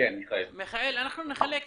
אנחנו נחלק זמן,